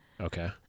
Okay